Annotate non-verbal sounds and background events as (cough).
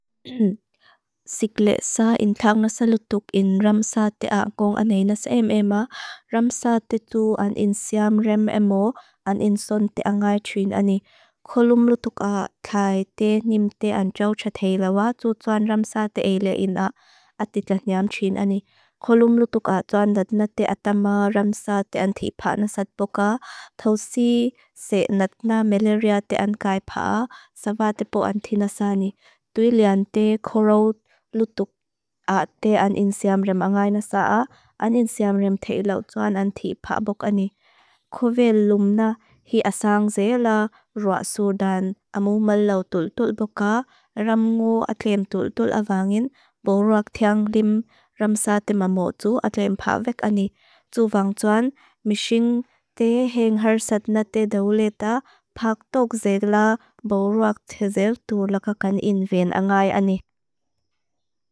(hesitation) Siklesa in thang nasa lutuk in ramsaatea gong aneinas emema, ramsaate tu an in siam rem emo an in son te angai trin ani. Kolum lutuk a thai te nim te an jaw chatei lawa, tu tuan ramsaate eilea in a atitlak nyam trin ani. Kolum lutuk a tuan natnate atama ramsaate anthipa nasadpoka, tau si se natna meleria te ang kai paa, savatepo anthina sani. Tui lian te korout lutuk (hesitation) a te an in siam rem angai nasaa, an in siam rem thei lawa tuan anthipa boka ani. Kove lumna hi asang zeela ruak sudan, amu melaw tul tul boka, ramngu atleem tul tul avangin, boruak thiang dim ramsaate mamotsu atleem pavek ani. Tuvang tuan mishing te heng harsadnate dauleta, pak tok zeela boruak thezel tul lakakan in ven angai ani.